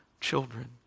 children